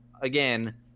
again